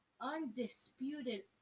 Undisputed